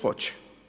Hoće.